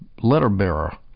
letter-bearer